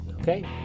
Okay